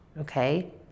Okay